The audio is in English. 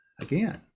again